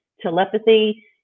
telepathy